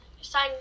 sign